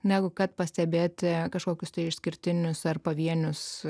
negu kad pastebėti kažkokius išskirtinius ar pavienius